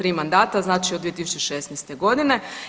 3 mandata znači od 2016. godine.